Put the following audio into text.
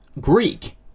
Greek